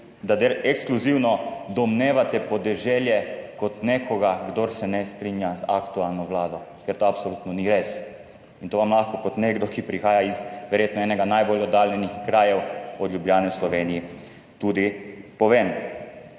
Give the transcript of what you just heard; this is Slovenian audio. da ekskluzivno domnevate podeželje kot nekaj, kar se ne strinja z aktualno vlado, ker to absolutno ni res in to vam lahko kot nekdo, ki prihaja iz verjetno enega najbolj oddaljenih krajev od Ljubljane v Sloveniji, tudi povem.